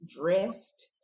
dressed